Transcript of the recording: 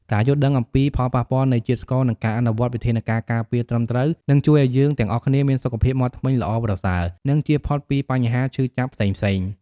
ការយល់ដឹងអំពីផលប៉ះពាល់នៃជាតិស្ករ និងការអនុវត្តវិធានការការពារត្រឹមត្រូវ នឹងជួយឲ្យយើងទាំងអស់គ្នាមានសុខភាពមាត់ធ្មេញល្អប្រសើរ និងជៀសផុតពីបញ្ហាឈឺចាប់ផ្សេងៗ។